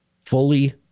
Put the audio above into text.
fully